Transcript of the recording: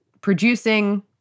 producing